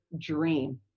dream